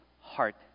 heart